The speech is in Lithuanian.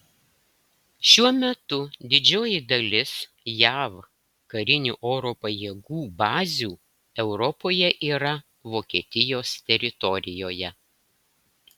šiuo metu didžioji dalis jav karinių oro pajėgų bazių europoje yra vokietijos teritorijoje